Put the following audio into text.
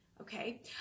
Okay